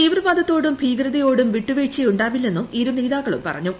തീവ്രവാദത്തോടും ഭീകരതയോടും വിട്ടുവീഴ്ചയുണ്ടാവില്ലെന്നും ഇരുനേതാക്കളും പറഞ്ഞു